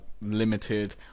limited